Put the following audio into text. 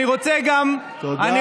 אני רוצה גם, תודה, חברי הכנסת מש"ס.